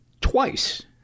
twice